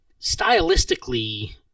stylistically